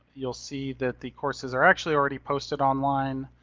you'll see that the courses are actually already posted online.